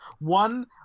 One